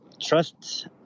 trust